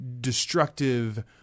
destructive